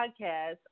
podcast